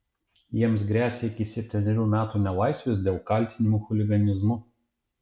jiems gresia iki septynerių metų nelaisvės dėl kaltinimų chuliganizmu